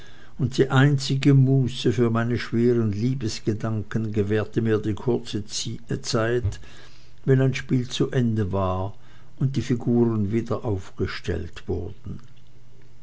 und die einzige muße für meine schweren liebesgedanken gewährte mir die kurze zeit wenn ein spiel zu ende war und die figuren wieder aufgestellt wurden